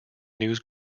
news